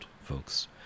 folks